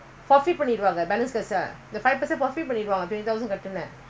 சொன்னாங்க:sonnanka rules அப்படியாநான்சொன்னேன் இப்ப:apadiyaa naan sonnen